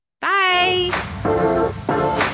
Bye